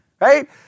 Right